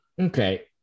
Okay